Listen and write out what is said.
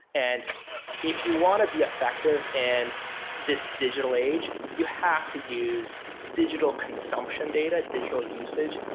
and if you want to be effective in this digital age, you have to use digital consumption data, digital usage.